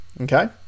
okay